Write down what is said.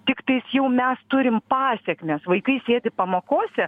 tiktai jau mes turim pasekmes vaikai sėdi pamokose